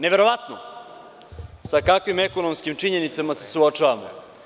Neverovatno sa kakvim ekonomskim činjenicama se suočavamo.